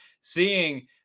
seeing